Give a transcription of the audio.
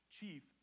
chief